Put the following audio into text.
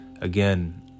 again